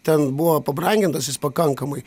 ten buvo pabrangintas jis pakankamai